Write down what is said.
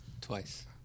Twice